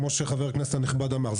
כמו שחבר הכנסת הנכבד אמר,